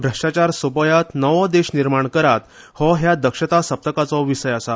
भ्रष्टाचार सोपयात नवो देश निर्माण करात हो ह्या दक्षता सप्तकाचो विशय आसा